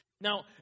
Now